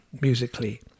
musically